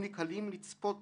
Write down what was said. שלא ידבר כך.